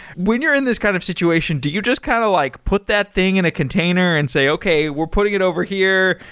when you're in this kind of situation, do you just kind of like put that thing in a container and say, okay. we're putting it over here.